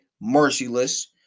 Merciless